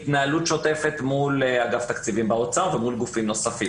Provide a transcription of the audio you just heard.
ובהתנהלות שוטפת מול אגף תקציבים באוצר מול גופים נוספים.